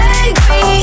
angry